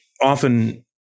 often